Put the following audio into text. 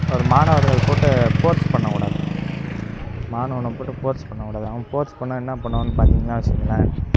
இப்போது மாணவர்கள போட்டு ஃபோர்ஸ் பண்ணக் கூடாது மாணவனை போட்டு ஃபோர்ஸ் பண்ணக் கூடாது அவன் ஃபோர்ஸ் பண்ணிணா என்ன பண்ணுவானு பார்த்தீங்கன்னா வச்சுக்கோங்களேன்